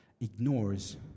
ignores